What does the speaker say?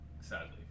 sadly